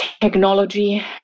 Technology